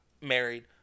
married